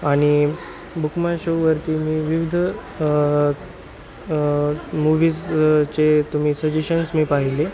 आणि book my शोवरती मी विविध मूवीजचे तुम्ही सजेशन्स मी पाहिले